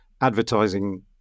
advertising